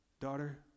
daughter